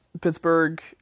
Pittsburgh